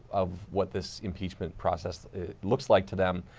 of what this impeachment process looks like to them.